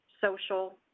social